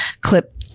clip